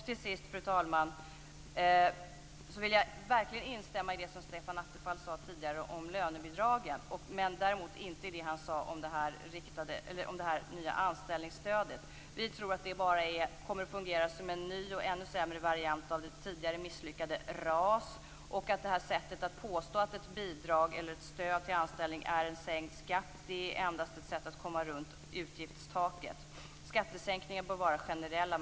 Till sist, fru talman, vill jag verkligen instämma i det som Stefan Attefall sade tidigare om lönebidragen, däremot inte i det han sade om det nya anställningsstödet. Vi tror att det bara kommer att fungera som en ny och ännu sämre variant av det tidigare misslyckade RAS. Att påstå att ett stöd till anställning är en sänkt skatt är endast ett sätt att komma runt utgiftstaket. Skattesänkningarna bör vara generella.